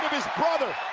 brother.